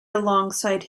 alongside